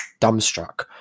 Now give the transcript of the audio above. dumbstruck